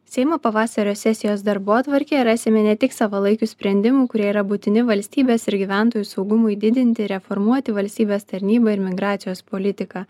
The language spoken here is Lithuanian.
seimo pavasario sesijos darbotvarkėje rasime ne tik savalaikių sprendimų kurie yra būtini valstybės ir gyventojų saugumui didinti reformuoti valstybės tarnybą ir migracijos politiką